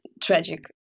tragic